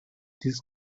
this